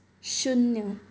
शुन्य